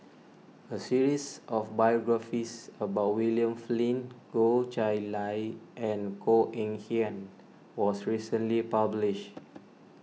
a series of biographies about William Flint Goh Chiew Lye and Koh Eng Kian was recently published